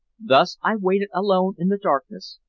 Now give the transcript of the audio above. thus i waited alone in the darkness,